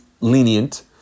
lenient